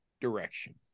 direction